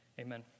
Amen